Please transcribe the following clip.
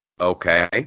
Okay